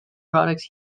products